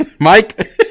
Mike